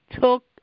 took